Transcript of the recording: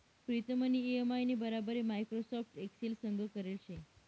प्रीतमनी इ.एम.आय नी बराबरी माइक्रोसॉफ्ट एक्सेल संग करेल शे